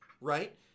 Right